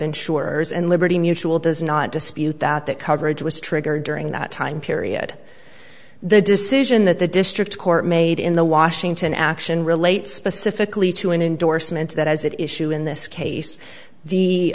insurers and liberty mutual does not dispute that that coverage was triggered during that time period the decision that the district court made in the washington action relates specifically to an endorsement that as it issue in this case